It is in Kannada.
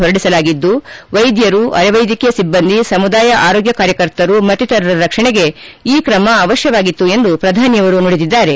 ಹೊರಡಿಸಲಾಗಿದ್ದು ವೈದ್ಯರು ಶುಪುಷಕಿಯರು ಅರೆ ವೈದೈಕೀಯ ಸಿಬ್ದಂದಿ ಸಮುದಾಯ ಆರೋಗ್ಯ ಕಾರ್ಯಕರ್ತರು ಮತ್ತಿತರರ ರಕ್ಷಣೆಗೆ ಈ ಕ್ರಮ ಅವಶ್ಯವಾಗಿತ್ತು ಎಂದು ಪ್ರಧಾನಮಂತ್ರಿ ಹೇಳದ್ದಾರೆ